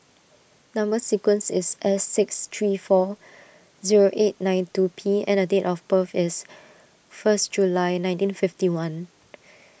Number Sequence is S six three four zero eight nine two P and date of birth is first July nineteen fifty one